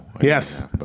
Yes